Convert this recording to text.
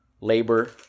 labor